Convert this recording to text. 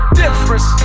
difference